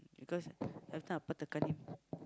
because last time Appa tekan him